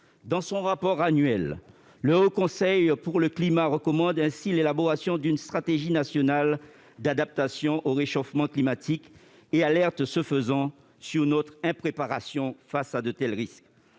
Dans son rapport annuel, le Haut Conseil pour le climat recommande ainsi l'élaboration d'une stratégie nationale d'adaptation au réchauffement climatique ; il nous alerte ce faisant sur notre impréparation face à de tels risques.